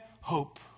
hope